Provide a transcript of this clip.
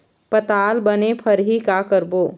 पताल बने फरही का करबो?